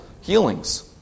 healings